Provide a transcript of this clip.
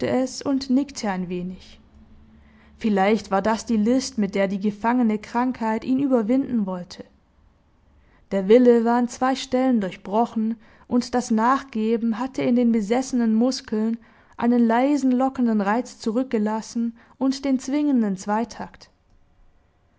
es und nickte ein wenig vielleicht war das die list mit der die gefangene krankheit ihn überwinden wollte der wille war an zwei stellen durchbrochen und das nachgeben hatte in den besessenen muskeln einen leisen lockenden reiz zurückgelassen und den zwingenden zweitakt